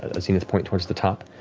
a zenith point towards the top,